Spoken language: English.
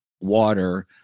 water